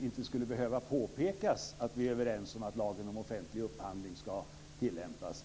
inte skulle behöva påpekas att vi är överens om att lagen om offentlig upphandling ska tillämpas.